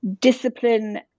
discipline